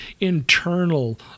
internal